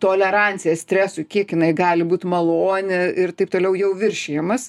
tolerancija stresui kiek jinai gali būt malon ir taip toliau jau viršijamas